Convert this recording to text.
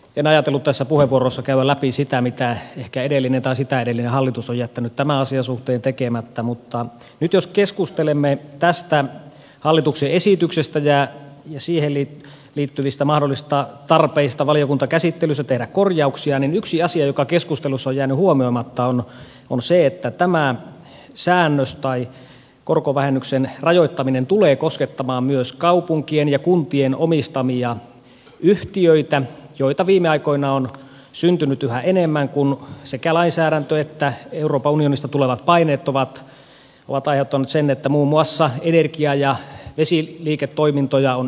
en ajatellut tässä puheenvuorossa käydä läpi sitä mitä ehkä edellinen tai sitä edellinen hallitus on jättänyt tämän asian suhteen tekemättä mutta nyt jos keskustelemme tästä hallituksen esityksestä ja siihen liittyvistä mahdollisista tarpeista tehdä valiokuntakäsittelyssä korjauksia niin yksi asia joka keskustelussa on jäänyt huomioimatta on se että tämä säännös tai korkovähennyksen rajoittaminen tulee koskettamaan myös kaupunkien ja kuntien omistamia yhtiöitä joita viime aikoina on syntynyt yhä enemmän kun sekä lainsäädäntö että euroopan unionista tulevat paineet ovat aiheuttaneet sen että muun muassa energia ja vesiliiketoimintoja on yhtiöitetty